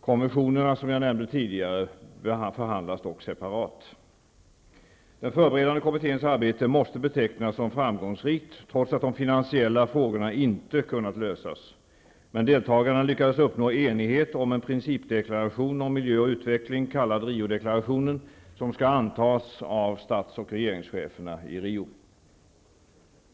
konventioner som jag nämnde tidigare förhandlas dock separat. Den förberedande kommitténs arbete måste betecknas som framgångsrikt trots att de finansiella frågorna inte kunnat lösas. Men deltagarna lyckades uppnå enighet om en principdeklaration om miljö och utveckling kallad Riodeklarationen, som skall antas av stats och regeringscheferna i Rio.